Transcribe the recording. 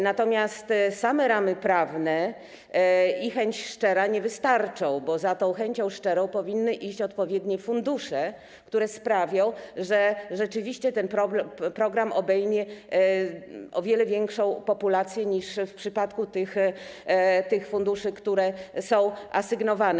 Natomiast same ramy prawne i chęć szczera nie wystarczą, bo za tą chęcią szczerą powinny iść odpowiednie fundusze, które sprawią, że rzeczywiście ten program obejmie o wiele większą populację niż w przypadku tych funduszy, które są asygnowane.